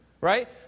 right